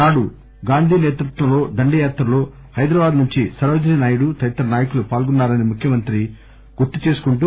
నాడు గాంధీ సేతృత్వంలో దండి యాత్రలో హైదరాబాద్ నుంచి సరోజినీ నాయుడు తదితర నాయకులు పాల్గొన్నా రని ముఖ్యమంత్రి గుర్తు చేస్తూ